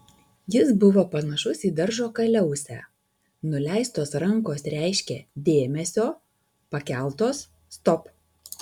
jis buvo panašus į daržo kaliausę nuleistos rankos reiškė dėmesio pakeltos stop